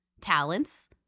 talents